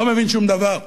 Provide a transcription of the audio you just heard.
לא מבין שום דבר.